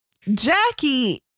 jackie